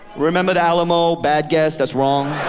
remember the alamo bad guess. that's wrong.